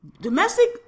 Domestic